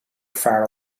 far